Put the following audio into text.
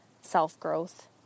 self-growth